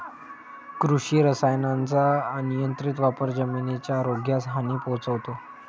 कृषी रसायनांचा अनियंत्रित वापर जमिनीच्या आरोग्यास हानी पोहोचवतो